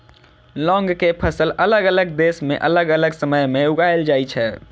लौंग के फसल अलग अलग देश मे अलग अलग समय मे उगाएल जाइ छै